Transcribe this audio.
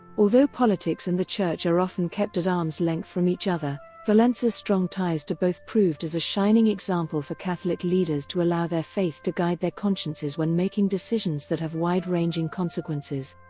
although politics and the church are often kept at arm's length from each other, walesa's strong ties to both proved as a shining example for catholic leaders to allow their faith to guide their consciences when making decisions that have wide-ranging consequences.